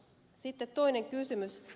sitten toinen kysymys